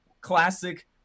classic